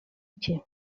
cye